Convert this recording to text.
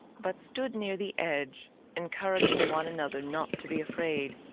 but stood near the edge encouraging one another not to be afraid.